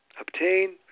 obtain